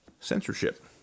censorship